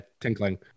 tinkling